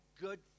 good